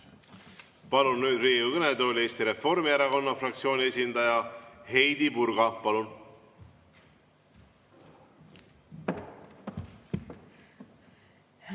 Palun nüüd Riigikogu kõnetooli Eesti Reformierakonna fraktsiooni esindaja Heidy Purga. Palun!